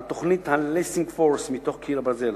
על תוכנית "הלסינגפורס""מתוך "קיר הברזל".